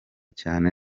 cyane